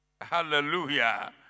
Hallelujah